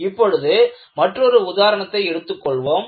இப்பொழுது மற்றொரு உதாரணத்தை எடுத்துக் கொள்வோம்